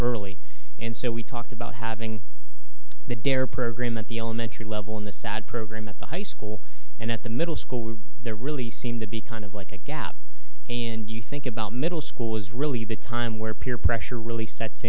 early and so we talked about having the dare program at the elementary level in the sad program at the high school and at the middle school there really seemed to be kind of like a gap and you think about middle school is really the time where peer pressure really sets